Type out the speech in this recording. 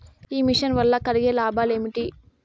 ఈ మిషన్ వల్ల కలిగే లాభాలు ఏమిటి?